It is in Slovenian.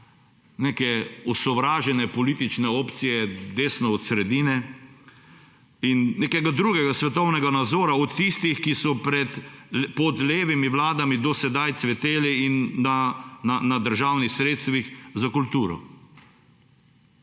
neke osovražene politične opcije desno od sredine in nekega drugega svetovnega nazora od tistih, ki so pod levimi vladami do sedaj cveteli in na državnih sredstvih za kulturo.